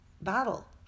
battle